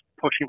pushing